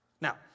Now